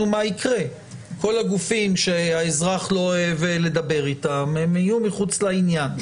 מה יקרה: כל הגופים שהאזרח לא אוהב לדבר איתם הם היו מחוץ לעניין.